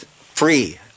free